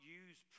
use